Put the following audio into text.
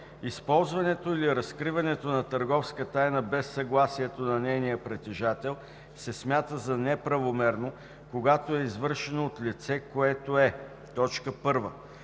Използването или разкриването на търговска тайна без съгласието на нейния притежател се смята за неправомерно, когато е извършено от лице, което е: 1.